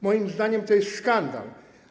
Moim zdaniem to jest skandal.